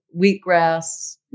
wheatgrass